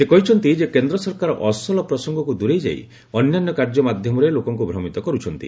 ସେ କହିଛନ୍ତି ଯେ କେନ୍ଦ୍ର ସରକାର ଅସଲ ପ୍ରସଙ୍ଗରୁ ଦୂରେଇଯାଇ ଅନ୍ୟାନ୍ୟ କାର୍ଯ୍ୟ ମାଧ୍ୟମରେ ଲୋକଙ୍କୁ ଭ୍ରମିତ କରୁଛନ୍ତି